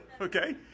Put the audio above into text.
okay